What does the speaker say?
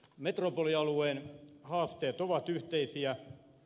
metropolialueen haasteet ovat yhteisiä